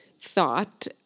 thought